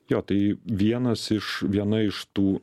jo tai vienas iš viena iš tų